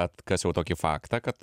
atkasiau tokį faktą kad